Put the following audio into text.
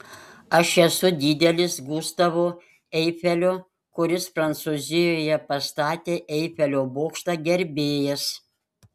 aš esu didelis gustavo eifelio kuris prancūzijoje pastatė eifelio bokštą gerbėjas